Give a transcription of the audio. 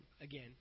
again